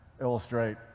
illustrate